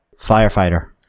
Firefighter